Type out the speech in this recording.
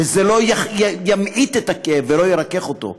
וזה לא ימעיט את הכאב ולא ירכך אותו.